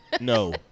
no